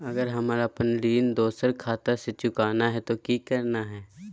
अगर हमरा अपन ऋण दोसर खाता से चुकाना है तो कि करना है?